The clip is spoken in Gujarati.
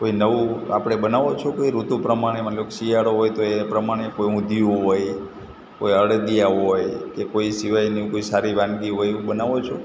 કોઇ નવું આપણે બનાવો છો કોઈ ઋતુ પ્રમાણે માની લો કે શિયાળો હોય તો એ પ્રમાણે કોઈ ઉંધીયું હોય કોઇ અડદિયા હોય કે કોઈ એ સિવાયનું કોઇ સારી વાનગી હોય એવું બનાવો છો